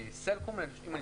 כן.